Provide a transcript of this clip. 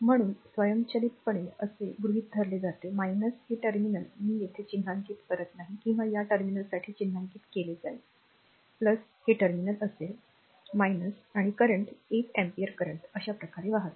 म्हणून स्वयंचलितपणे जसे गृहीत धरले जाते हे टर्मिनल मी येथे चिन्हांकित करत नाही किंवा या टर्मिनलसाठी चिन्हांकित केले जाईल हे टर्मिनल असेल आणि करंट 8 अँपिअर करंट अशा प्रकारे वाहत आहे